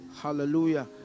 Hallelujah